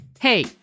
Hey